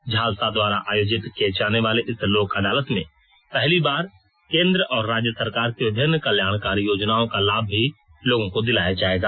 झालसा द्वारा आयोजित किए जाने वाले इस लोक अदालत में पहली बार केंद्र और राज्य सरकार की विभिन्न कल्याणकारी योजनाओं का लाभ भी लोगों को दिलाया जाएगा